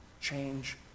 change